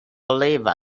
believe